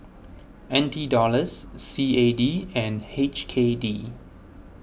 N T Dollars C A D and H K D